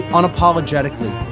unapologetically